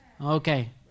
Okay